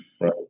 Right